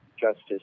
justice